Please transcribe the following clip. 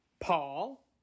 Paul